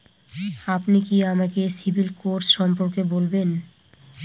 আপনি কি আমাকে সিবিল স্কোর সম্পর্কে বলবেন?